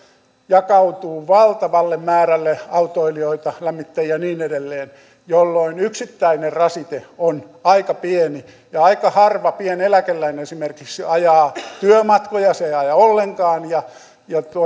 jakautuu valtavalle määrälle autoilijoita lämmittäjiä ja niin edelleen jolloin yksittäinen rasite on aika pieni ja aika harva pieneläkeläinen esimerkiksi ajaa työmatkoja se ei aja ollenkaan ja